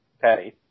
Patty